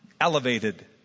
elevated